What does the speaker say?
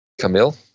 Camille